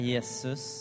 Jesus